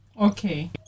Okay